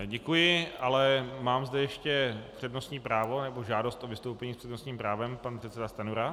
Děkuji, ale mám zde ještě přednostní právo nebo žádost o vystoupení s přednostním právem pan předseda Stanjura.